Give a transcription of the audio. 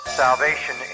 salvation